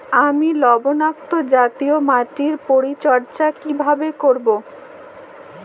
আমি লবণাক্ত জাতীয় মাটির পরিচর্যা কিভাবে করব?